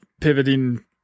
pivoting